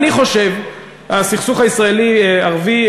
אני חושב שהסכסוך הישראלי ערבי,